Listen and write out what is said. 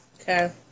Okay